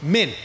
Men